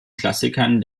klassikern